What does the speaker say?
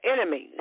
enemies